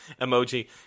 emoji